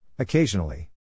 Occasionally